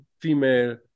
female